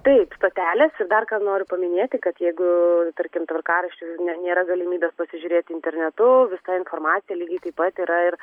taip stotelės ir dar noriu paminėti kad jeigu tarkim tvarkaraščio nėra galimybės pasižiūrėti internetu visa informacija lygiai taip pat yra ir